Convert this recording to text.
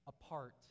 apart